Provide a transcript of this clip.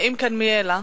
אם כן, מי העלה?